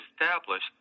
established